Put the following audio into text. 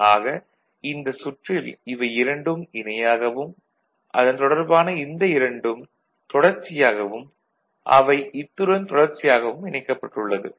ஆக இந்த சுற்றில் இவை இரண்டும் இணையாகவும் அதன் தொடர்பான இந்த இரண்டும் தொடர்ச்சியாகவும் அவை இத்துடன் தொடர்ச்சியாகவும் இணைக்கப்பட்டுள்ளது